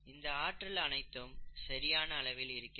இந்த ஆற்றல் அனைத்தும் சரியான அளவில் இருக்கிறது